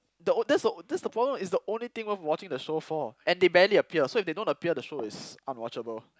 the o~ that's the that's the problem it's the only thing worth watching the show for and they barely appear so if they don't appear the show is unwatchable